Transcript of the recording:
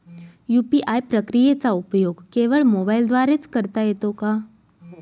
UPI प्रक्रियेचा उपयोग केवळ मोबाईलद्वारे च करता येतो का?